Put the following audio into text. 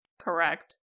Correct